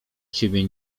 ciebie